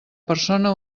persona